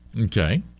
okay